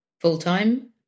full-time